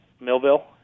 Millville